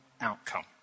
outcome